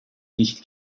nicht